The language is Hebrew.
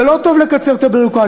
זה לא טוב לקצר את הביורוקרטיה.